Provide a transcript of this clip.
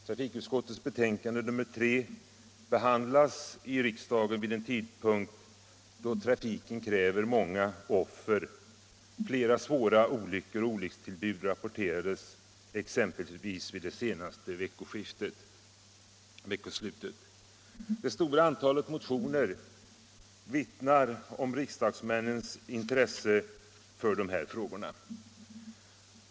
Trafikutskottets förevarande betänkande behandlas här i riksdagen vid en tidpunkt då trafiken kräver många offer. Flera svåra olyckor och olyckstillbud rapporterades exempelvis vid det senaste veckoslutet. Det stora antalet motioner vittnar om riksdagsledamöternas intresse för dessa frågor.